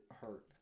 hurt